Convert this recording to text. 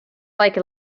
like